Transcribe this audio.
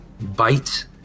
bite